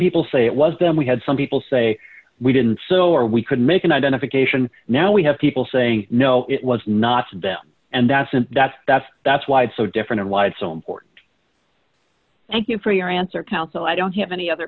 people say it was them we had some people say we didn't so or we could make an identification now we have people saying no it was not and that's and that's that's that's why it's so different and why it's so important thank you for your answer counsel i don't have any other